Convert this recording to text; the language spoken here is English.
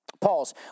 Pause